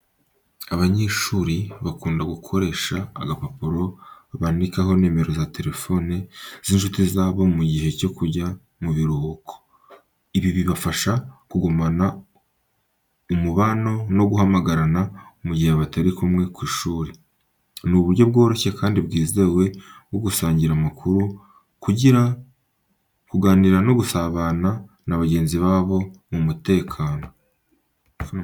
Abanyeshuri bakunda gukoresha agapapuro bandikaho nimero za telefone z’inshuti zabo mu gihe cyo kujya mu biruhuko. Ibi bibafasha kugumana umubano no guhamagarana mu gihe batari kumwe ku ishuri. Ni uburyo bworoshye, kandi bwizewe bwo gusangira amakuru, kuganira no gusabana n’abagenzi babo mu mutekano.